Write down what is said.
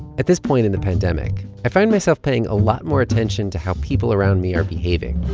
at this point in the pandemic, i find myself paying a lot more attention to how people around me are behaving.